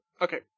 Okay